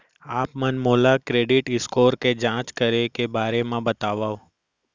आप मन मोला क्रेडिट स्कोर के जाँच करे के बारे म बतावव?